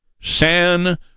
San